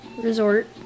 Resort